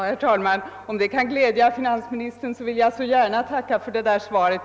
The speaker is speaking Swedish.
Herr talman! Om det kan glädja finansministern vill jag så gärna tacka för svaret.